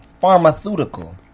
Pharmaceutical